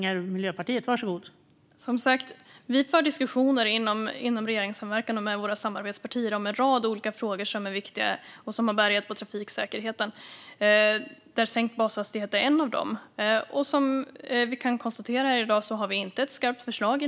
Fru talman! Vi för som sagt diskussioner inom regeringssamverkan och med våra samarbetspartier om en rad olika frågor som är viktiga och har bäring på trafiksäkerheten. Sänkt bashastighet är en av dem, men i nuläget har vi inget skarpt förslag.